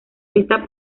esta